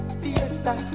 fiesta